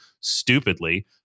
stupidly